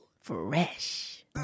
Fresh